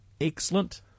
Excellent